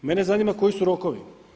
Mene zanima koji su rokovi?